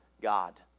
God